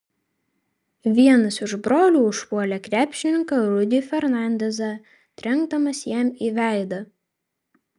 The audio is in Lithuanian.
vienas iš brolių užpuolė krepšininką rudy fernandezą trenkdamas jam į veidą